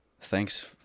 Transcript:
thanks